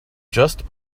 just